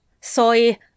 soy